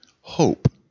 hope